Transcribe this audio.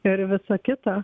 ir visa kita